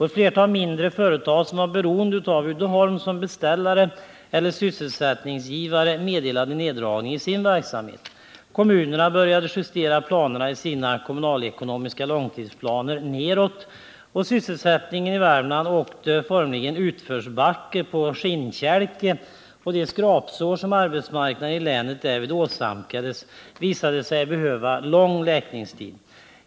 Ett flertal mindre företag, som var beroende av Uddeholm som beställare eller sysselsättningsgivare, meddelade neddragning i sin verksamhet. Kommunerna började justera sina kommunalekonomiska långtidsplaner neråt. Sysselsättningen i Värmland åkte formligen utförsbacke på skinnkälke, och de skrapsår som arbetsmarknaden i länet därmed åsamkades visade sig behöva lång läkningstid.